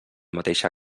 mateixa